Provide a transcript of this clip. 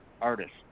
artist